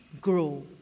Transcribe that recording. grow